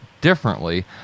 differently